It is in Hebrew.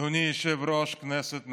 אדוני היושב-ראש, כנסת נכבדה,